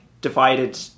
divided